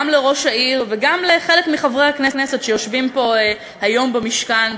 גם לראש העיר וגם לחלק מחברי הכנסת שיושבים פה היום במשכן,